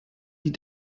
die